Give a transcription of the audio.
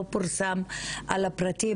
לא פורסם על הפרטים.